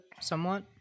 somewhat